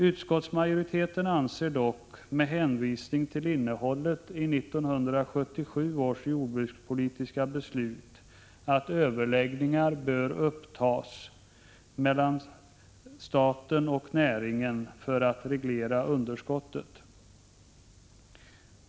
Utskottsmajoriteten anser dock, med hänvisning till innehål 55 let i 1977 års jordbrukspolitiska beslut, att överläggningar bör upptas mellan staten och näringen för att reglera underskottet.